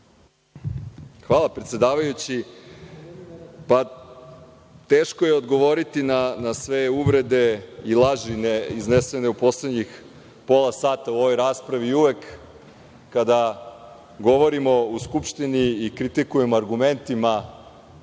Hvala, predsedavajući. Teško je odgovoriti na sve urede i laži iznesene u poslednjih pola sata u ovoj raspravi i uvek kada govorimo u Skupštini i kritikujemo argumentima